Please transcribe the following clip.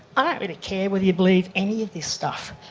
i don't really care whether you believe any of this stuff.